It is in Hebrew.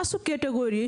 תעשו קטגוריות